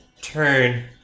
turn